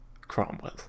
Cromwell